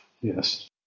Yes